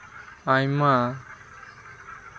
ᱟᱭᱢᱟ